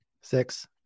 Six